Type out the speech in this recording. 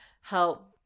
Help